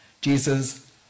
Jesus